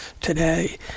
today